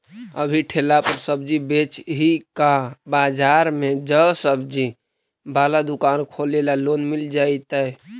अभी ठेला पर सब्जी बेच ही का बाजार में ज्सबजी बाला दुकान खोले ल लोन मिल जईतै?